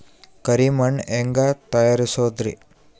ಕರಿ ಮಣ್ ಹೆಂಗ್ ತಯಾರಸೋದರಿ?